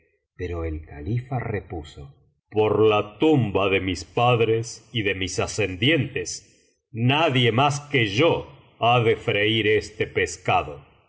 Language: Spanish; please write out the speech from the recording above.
pero el califa repuso por la tumba de mis padres y de mis ascendientes nadie mas que yo ha de freir este pescado